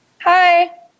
Hi